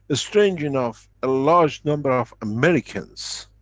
ah strange enough, a large number of americans,